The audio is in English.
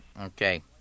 Okay